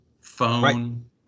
phone